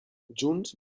junts